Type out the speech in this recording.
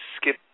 skip